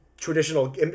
Traditional